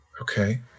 Okay